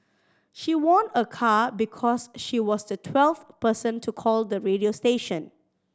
she won a car because she was the twelfth person to call the radio station